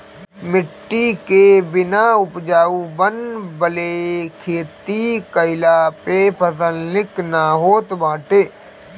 माटी के बिना उपजाऊ बनवले खेती कईला पे फसल निक ना होत बाटे